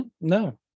No